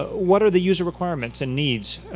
ah what are the user requirements and needs?